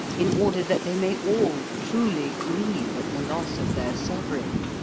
in order that they may all truly grieve at the loss of their sovereign.